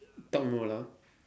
talk more lah